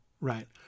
right